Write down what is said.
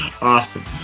Awesome